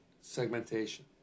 segmentation